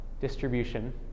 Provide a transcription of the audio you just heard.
distribution